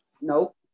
Nope